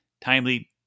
timely